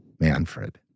Manfred